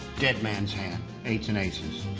dead man's hand eights and aces.